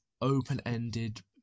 open-ended